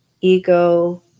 ego